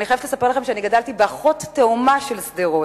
אני חייבת לספר לכם שאני גדלתי באחות תאומה של שדרות,